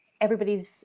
everybody's